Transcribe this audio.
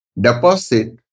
deposit